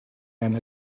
and